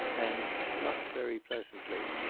and not very pleasantly.